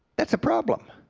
that's a problem.